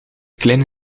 kleine